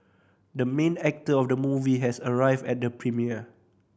the main actor of the movie has arrived at the premiere